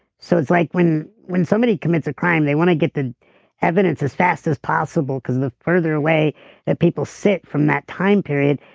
so it's like when when somebody commits a crime, they want to get the evidence as fast as possible because the further away that people sit from that time period,